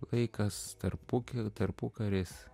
vaikas tarpukariu tarpukaris